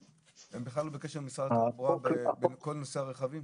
הם בכלל לא בקשר עם משרד התחבורה בכל נושא הרכבים